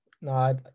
no